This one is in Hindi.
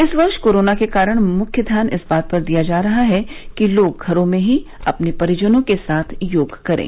इस वर्ष कोरोना के कारण मुख्य ध्यान इस बात पर दिया जा रहा है कि लोग घरों में ही अपने परिजनों के साथ योग करें